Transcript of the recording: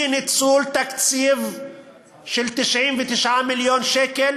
אי-ניצול תקציב של 99 מיליון שקל